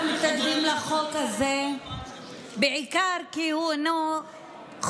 אנחנו מתנגדים לחוק הזה בעיקר כי הוא חוק,